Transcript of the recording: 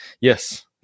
Yes